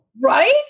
Right